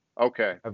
okay